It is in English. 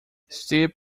steep